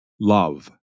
Love